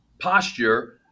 posture